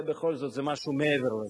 בכל זאת זה משהו מעבר לזה.